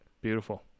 Beautiful